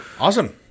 Awesome